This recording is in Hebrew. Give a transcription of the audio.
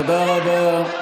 תודה רבה.